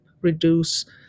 reduce